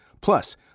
Plus